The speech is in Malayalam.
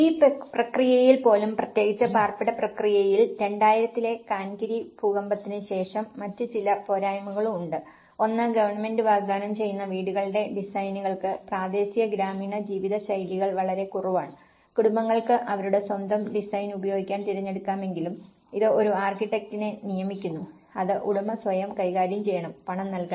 ഈ പ്രക്രിയയിൽ പോലും പ്രത്യേകിച്ച് പാർപ്പിട പ്രക്രിയയിൽ 2000 ലെ കാൻകിരി ഭൂകമ്പത്തിന് ശേഷം മറ്റ് ചില പോരായ്മകളും ഉണ്ട് ഒന്ന് ഗവൺമെന്റ് വാഗ്ദാനം ചെയ്യുന്ന വീടുകളുടെ ഡിസൈനുകൾക്ക് പ്രാദേശിക ഗ്രാമീണ ജീവിത ശൈലികൾ വളരെ കുറവാണ് കുടുംബങ്ങൾക്ക് അവരുടെ സ്വന്തം ഡിസൈൻ ഉപയോഗിക്കാൻ തിരഞ്ഞെടുക്കാമെങ്കിലും ഇത് ഒരു ആർക്കിടെക്റ്റിനെ നിയമിക്കുന്നു അത് ഉടമ സ്വയം കൈകാര്യം ചെയ്യണം പണം നൽകണം